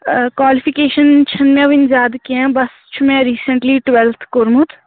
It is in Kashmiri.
کالفِکیشَن چھِنہٕ مےٚ وُنہِ زیادٕ کیٚنٛہہ بَس چھُ مےٚ ریٖسنٹلی ٹُویلتھ کوٚرمُت